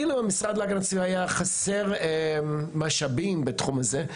אילו המשרד להגנת הסביבה היה חסר משאבים בתחום הזה,